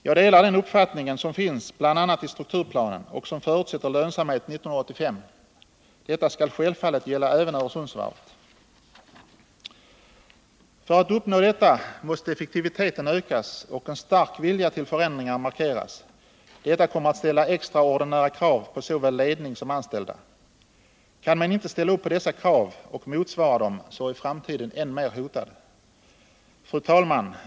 Jag delar den uppfattning som redovisats i strukturplanen och som förutsätter lönsamhet 1985. Detta skall självfallet gälla även Öresundsvarvet. För att uppnå detta måste effektiviteten ökas och en stark vilja till förändringar markeras. Detta kommer att ställa extraordinära krav på såväl ledning som anställda. Kan man inte ställa upp på dessa krav och motsvara dem, är framtiden än mer hotad. Fru talman!